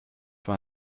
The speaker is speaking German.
war